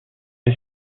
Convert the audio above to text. les